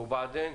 אני